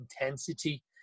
intensity